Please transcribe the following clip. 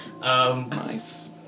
Nice